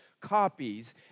copies